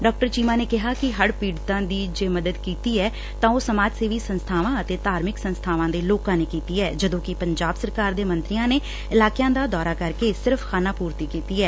ਡਾ ਚੀਮਾ ਨੇ ਕਿਹਾ ਕਿ ਹੜ੍ਹ ਪੀਤਤਾਂ ਦੀ ਜੇ ਮਦਦ ਦਿੱਤੀ ਐ ਤਾਂ ਉਹ ਸਮਾਜ ਸੇਵੀ ਸੰਸਥਾਵਾਂ ਅਤੇ ਧਾਰਮਿਕ ਸੰਸਬਾਵਾਂ ਦੇ ਲੋਕਾਂ ਨੇ ਕਿੱਤੀ ਐ ਜਦੋਂ ਕਿ ਪੰਜਾਬ ਸਰਕਾਰ ਦੇ ਮੰਤਰੀਆਂ ਨੇ ਇਲਾਕਿਆਂ ਦਾ ਦੌਰਾ ਕਰਕੇ ਸਿਰਫ ਖਾਨਾ ਪੂਰਤੀ ਕੀਤੀ ਐ